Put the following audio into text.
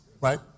right